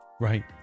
Right